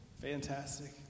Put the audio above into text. Fantastic